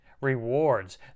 rewards